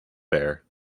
bear